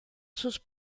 sus